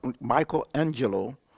Michelangelo